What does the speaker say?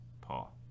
Paul